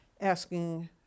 asking